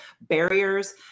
barriers